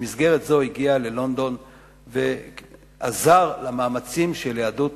במסגרת זו הגיע ללונדון ועזר למאמצים של יהדות